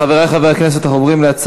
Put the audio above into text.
חבר הכנסת לוין.